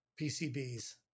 PCBs